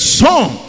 song